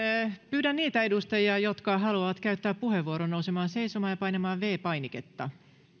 pyydän niitä edustajia jotka haluavat käyttää puheenvuoron nousemaan seisomaan ja painamaan viides painiketta